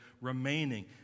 remaining